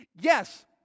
Yes